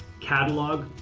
catalog,